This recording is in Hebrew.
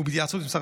"עת צרה